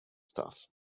stuff